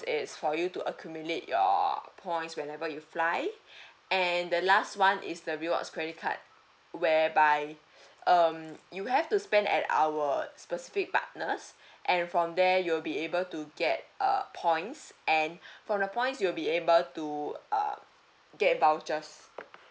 is for you to accumulate your points whenever you fly and the last one is the rewards credit card whereby um you have to spend at our specific partners and from there you will be able to get uh points and from the points you'll be able to uh get vouchers